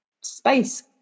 space